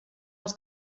els